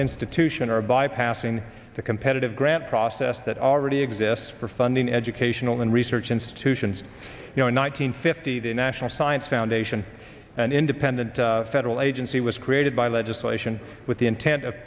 institution are bypassing the competitive grant process that already exists for funding educational and research institutions no nine hundred fifty the national science foundation an independent federal agency was created by legislation with the intent of